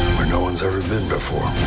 where no one's ever been before.